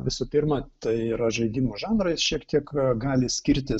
visų pirma tai yra žaidimų žanrai šiek tiek ką gali skirtis